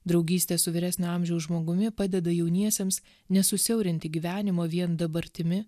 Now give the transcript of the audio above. draugystė su vyresnio amžiaus žmogumi padeda jauniesiems nesusiaurinti gyvenimo vien dabartimi